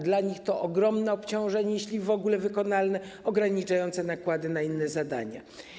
Dla nich to ogromne obciążenie, jeśli w ogóle wykonalne, ograniczające nakłady na inne zadania.